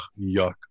yuck